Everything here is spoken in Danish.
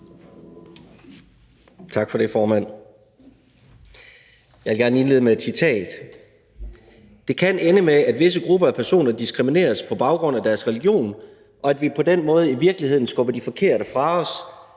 Tak for det, formand. Jeg vil gerne indlede med et citat: »Det kan ende med, at visse grupper af personer diskrimineres på baggrund af deres religion, og at vi på den måde i virkeligheden skubber de forkerte fra os,